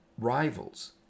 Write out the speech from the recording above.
rivals